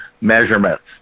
measurements